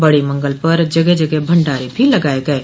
बड़े मंगल पर जगह जगह पर भंडारे भी लगाये गये